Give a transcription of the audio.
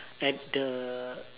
at the